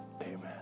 Amen